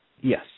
Yes